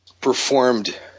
performed